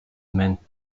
meant